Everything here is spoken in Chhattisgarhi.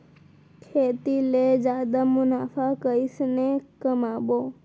खेती ले जादा मुनाफा कइसने कमाबो?